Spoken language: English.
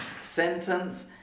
sentence